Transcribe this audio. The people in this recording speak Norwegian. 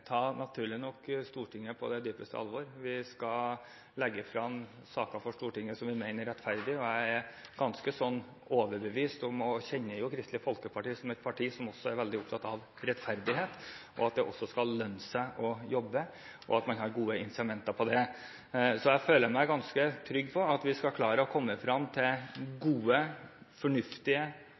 naturlig nok ta Stortinget på det dypeste alvor. Vi skal legge frem saker for Stortinget som vi mener er rettferdige. Jeg kjenner jo Kristelig Folkeparti som et parti som også er veldig opptatt av rettferdighet, at det skal lønne seg å jobbe, og at man har gode incitamenter for det. Så jeg føler meg ganske trygg på at vi skal klare å komme frem til gode, fornuftige